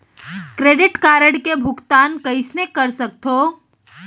Credit card के भुगतान कइसने कर सकथो?